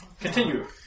Continue